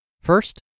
First